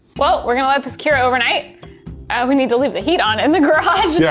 well, we're gonna let this cure overnight. oh we need to leave the heat on in the garage. yeah.